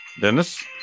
Dennis